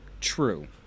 true